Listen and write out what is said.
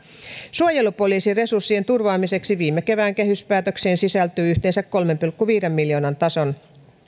suojelupoliisin resurssien turvaamiseksi viime kevään kehyspäätökseen sisältyy yhteensä kolmen pilkku viiden miljoonan